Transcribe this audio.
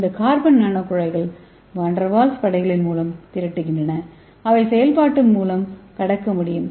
இந்த கார்பன் நானோகுழாய்கள் van der Waals படைகள் மூலம் திரட்டுகின்றன அவை செயல்பாட்டு மூலம் கடக்க முடியும்